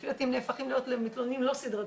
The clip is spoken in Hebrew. לפי דעתי הם הופכים למתלוננים לא סדרתיים,